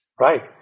Right